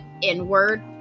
inward